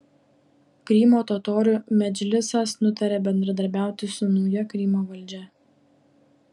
krymo totorių medžlisas nutarė bendradarbiauti su nauja krymo valdžia